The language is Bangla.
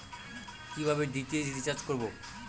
কিভাবে ডি.টি.এইচ রিচার্জ করব?